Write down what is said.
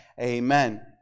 Amen